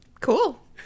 cool